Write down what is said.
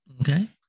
okay